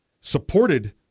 supported